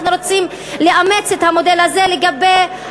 אנחנו רוצים לאמץ את המודל הזה לגבי